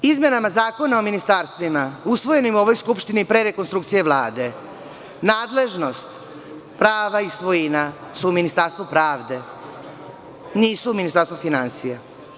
Izmenama Zakona o ministarstvima, usvojenim u ovoj Skupštini pre rekonstrukcije Vlade, nadležnost prava i svojina su u Ministarstvu pravde, nisu u Ministarstvu finansija.